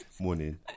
Morning